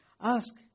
ask